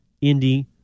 Indy